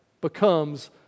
becomes